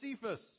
Cephas